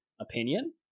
opinion